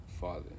father